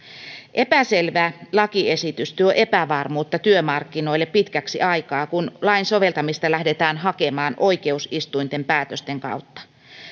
epäselvä lakiesitys tuo epävarmuutta työmarkkinoille pitkäksi aikaa kun lain soveltamista lähdetään hakemaan oikeusistuinten päätösten kautta